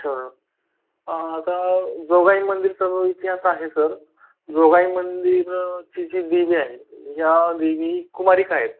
अच्छा आता जोगाई मंदिरचा इतिहास आहे सर जोगाई मंदिरची जी देवी आहे या देवी कुमारीका आहेत